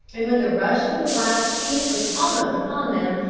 and when the rush of the wild steeds was almost upon them,